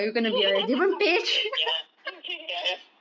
ya ya ya